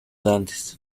andes